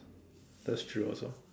that's true also